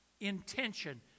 intention